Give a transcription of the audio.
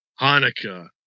Hanukkah